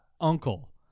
uncle